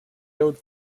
old